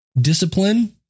discipline